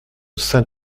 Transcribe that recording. saint